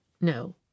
No